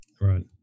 Right